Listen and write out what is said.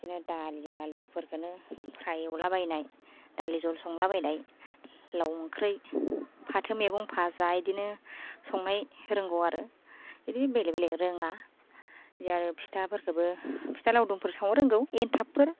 बिदिनो दालि आलुफोरखौनो फ्राय एवलाबायनाय दालि जह'ल संलाबायनाय लाव ओंख्रि फाथो मैगं फाजा बिदिनो संनाय रोंगौ आरो बिदिनो बेलेग बेलेग रोङा फिथाफोरखौबो फिथा लावदुमफोर सावनो रोंगौ एन्टाबफोर